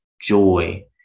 joy